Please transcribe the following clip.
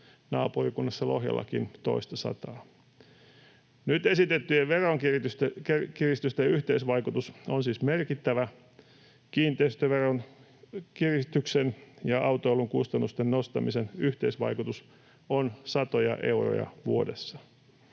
naapurikunnassa Lohjallakin toistasataa. Nyt esitettyjen veronkiristysten yhteisvaikutus on siis merkittävä. Kiinteistöveron kiristyksen ja autoilun kustannusten nostamisen yhteisvaikutus on satoja euroja vuodessa.